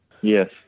Yes